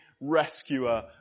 rescuer